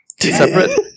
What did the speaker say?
separate